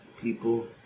people